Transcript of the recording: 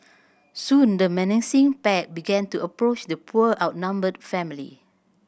soon the menacing pack began to approach the poor outnumbered family